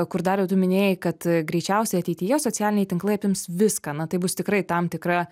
kur dariau tu minėjai kad greičiausiai ateityje socialiniai tinklai apims viską na tai bus tikrai tam tikra